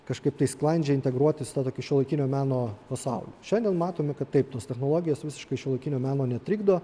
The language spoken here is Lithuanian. kažkaip tai sklandžiai integruotis į tą tokį šiuolaikinio meno pasaulį šiandien matome kad taip tos technologijos visiškai šiuolaikinio meno netrikdo